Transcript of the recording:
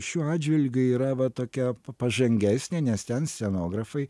šiuo atžvilgiu yra va tokia pažangesnė nes ten scenografai